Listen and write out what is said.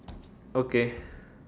okay